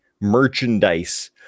merchandise